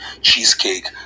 cheesecake